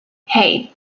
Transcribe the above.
hey